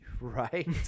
Right